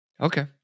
Okay